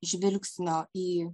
žvilgsnio į